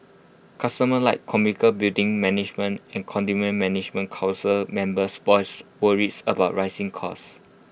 customers like commercial building management and condominium management Council members voiced worries about rising costs